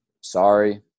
sorry